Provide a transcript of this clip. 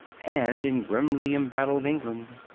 and in grimly embattled england.